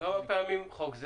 אני